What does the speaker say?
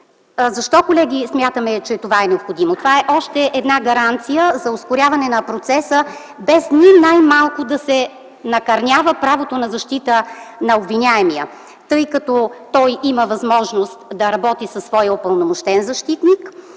Защо смятаме, че това е необходимо, колеги? Това е още една гаранция за ускоряване на процеса без ни най-малко да се накърнява правото на защита на обвиняемия, тъй като той има възможност да работи със своя упълномощен защитник,